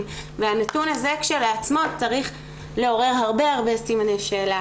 והנתון הזה כשלעצמו צריך לעורר הרבה הרבה סימני שאלה,